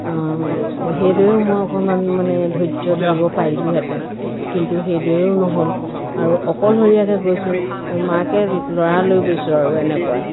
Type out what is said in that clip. সেইদৰেও মই অকণমান মানে ধৈৰ্য্য় ধৰিব পাৰিলোহেঁতেন কিন্তু সেইদৰেও নহ'ল আৰু অকলশৰীয়াকৈ গৈছোঁ মাকে ল'ৰা লৈ গৈছোঁ আৰু এনেকুৱা